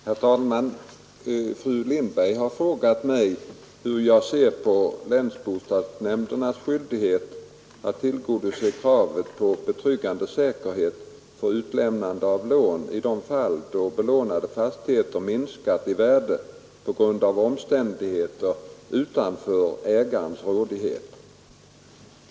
Herr talman! Fru Lindberg har frågat mig hur jag ser på länsbostadsnämndernas skyldighet att tillgodose kravet på betryggande säkerhet för utlämnande av lån i de fall då belånade fastigheter minskat i värde på grund av omständigheter utanför ägarens rådighet.